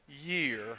year